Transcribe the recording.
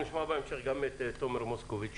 אנחנו נשמע בהמשך את תומר מוסקוביץ,